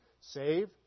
save